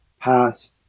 past